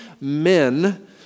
men